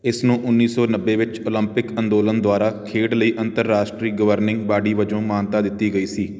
ਇਸ ਨੂੰ ਉਨੀ ਸੌ ਨੱਬੇ ਵਿੱਚ ਓਲੰਪਿਕ ਅੰਦੋਲਨ ਦੁਆਰਾ ਖੇਡ ਲਈ ਅੰਤਰਰਾਸ਼ਟਰੀ ਗਵਰਨਿੰਗ ਬਾਡੀ ਵਜੋਂ ਮਾਨਤਾ ਦਿੱਤੀ ਗਈ ਸੀ